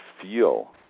feel